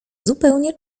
zupełnie